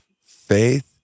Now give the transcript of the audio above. faith